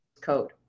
code